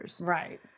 Right